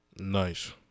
Nice